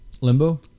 Limbo